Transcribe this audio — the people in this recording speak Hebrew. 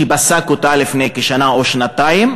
שפסק לפני כשנה או שנתיים,